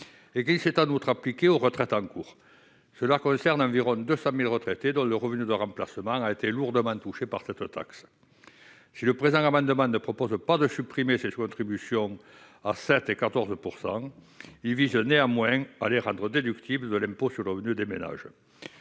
outre, il s'est appliqué aux retraites en cours. Il concerne environ 200 000 retraités, dont le revenu de remplacement a été lourdement touché. Si le présent amendement ne propose pas de supprimer ces contributions de 7 % et 14 %, il vise néanmoins à les rendre déductibles de l'impôt sur le revenu des ménages.